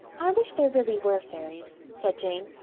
i wish there really were fairies, said jane.